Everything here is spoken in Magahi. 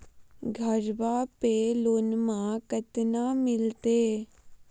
घरबा पे लोनमा कतना मिलते?